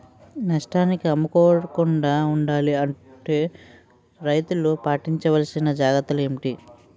నష్టానికి అమ్ముకోకుండా ఉండాలి అంటే రైతులు పాటించవలిసిన జాగ్రత్తలు ఏంటి